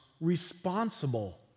responsible